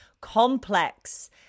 complex